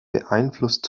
beeinflusst